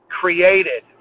created